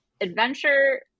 adventure